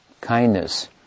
kindness